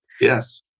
Yes